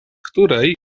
której